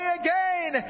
again